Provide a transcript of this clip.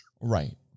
Right